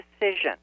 decision